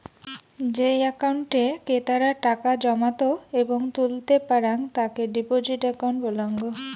যেই একাউন্টে ক্রেতারা টাকা জমাত এবং তুলতে পারাং তাকে ডিপোজিট একাউন্ট বলাঙ্গ